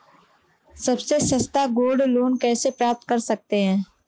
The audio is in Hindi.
सबसे सस्ता गोल्ड लोंन कैसे प्राप्त कर सकते हैं?